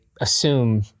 assume